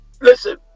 Listen